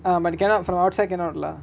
um but cannot from outside cannot lah